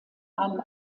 einem